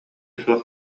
суох